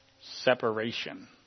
separation